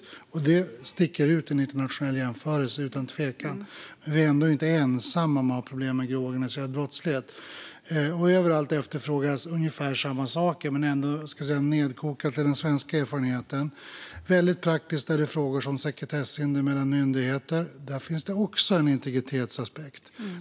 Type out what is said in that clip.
Detta sticker utan tvekan ut i en internationell jämförelse, men vi är ändå inte ensamma om att ha problem med grov organiserad brottslighet. Överallt efterfrågas ungefär samma saker, men nedkokat till den svenska erfarenheten handlar det om sekretesshinder mellan myndigheter. Här finns också en integritetsaspekt.